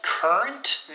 Current